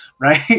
right